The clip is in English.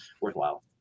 worthwhile